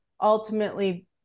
ultimately